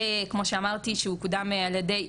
כמו שאמרתי שהוקדם על ידי,